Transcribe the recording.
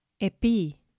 Epi